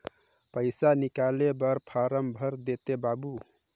पइसा निकाले बर फारम भर देते बाबु?